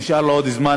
נשאר לי עוד זמן,